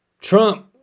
Trump